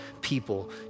people